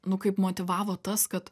nu kaip motyvavo tas kad